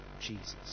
Jesus